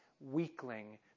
weakling